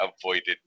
avoided